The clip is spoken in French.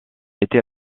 était